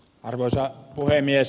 arvoisa puhemies